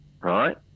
right